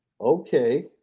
Okay